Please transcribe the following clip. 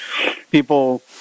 People